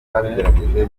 twabigerageje